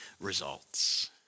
results